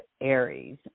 Aries